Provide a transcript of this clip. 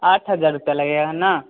आठ हज़ार रूपये लगेगा ना